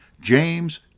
James